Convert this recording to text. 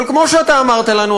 אבל כמו שאמרת לנו,